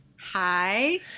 Hi